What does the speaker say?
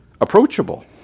approachable